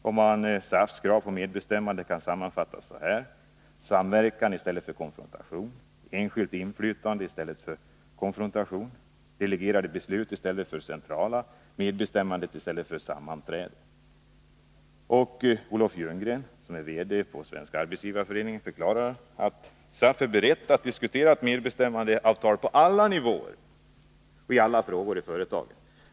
SAF:s krav på medbestämmande kan sammanfattas så här: Enskilt inflytande istället för konfrontation. Olof Ljunggren, som alltså är verkställande direktör i Svenska arbetsgivareföreningen, förklarar att Svenska arbetsgivareföreningen är beredd att diskutera medbestämmande på alla nivåer och i alla frågor i företagen.